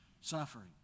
suffering